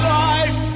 life